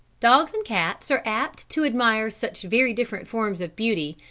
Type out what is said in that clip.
dogs and cats are apt to admire such very different forms of beauty,